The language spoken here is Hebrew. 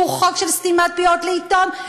שהוא חוק של סתימת פיות לעיתון,